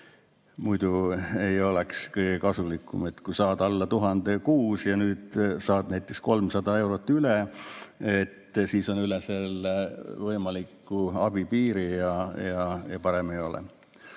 muidu ei oleks kõige kasulikum. Kui saad alla 1000 kuus ja nüüd saad näiteks 300 eurot üle, siis on üle selle võimaliku abi piiri ja parem [kui